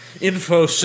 info